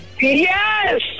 Yes